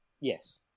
Yes